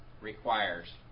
requires